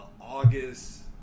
August